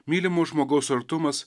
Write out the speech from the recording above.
mylimo žmogaus artumas